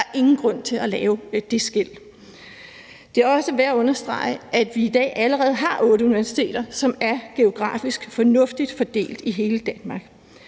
ingen grund til at lave det skel. Det er også værd at understrege, at vi i dag allerede har otte universiteter, som er geografisk fornuftigt fordelt i hele Danmark,